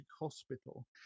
hospital